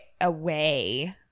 away